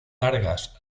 largas